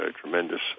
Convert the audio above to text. tremendous